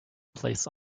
place